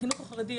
החינוך החרדי,